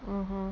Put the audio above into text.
(uh huh)